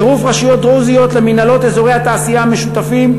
צירוף רשויות דרוזיות למינהלות אזורי התעשייה המשותפים,